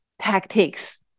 tactics